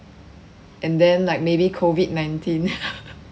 and then like maybe COVID nineteen